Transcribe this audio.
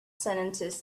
sentences